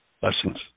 Blessings